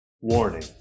Warning